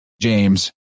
James